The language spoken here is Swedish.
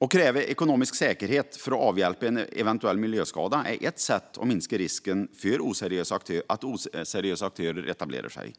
Att kräva ekonomisk säkerhet för att avhjälpa en eventuell miljöskada är ett sätt att minska risken för att oseriösa aktörer etablerar sig.